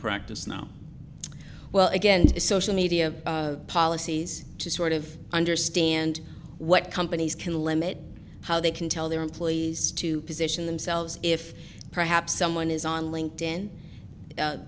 practice now well again to social media policies to sort of understand what companies can limit how they can tell their employees to position themselves if perhaps someone is on linked in